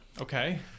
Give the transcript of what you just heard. Okay